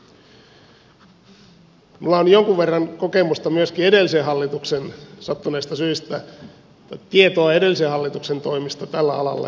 minulla on jonkun verran kokemusta ja sattuneista syistä myöskin tietoa edellisen hallituksen toimista tällä alalla